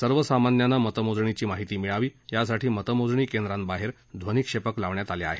सर्वसामान्यांना मतमोजणीची माहिती मिळावी यासाठी मतमोजणी केंद्राबाहेर ध्वनिक्षेपक लावण्यात आले आहेत